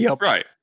right